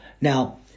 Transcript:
Now